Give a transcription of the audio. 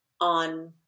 on